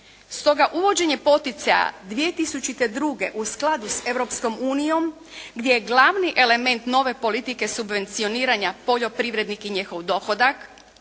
Stoga uvođenje poticaja 2002. u skladu s Europskom unijom gdje je glavni element nove politike subvencioniranja poljoprivrednik i njegov dohodak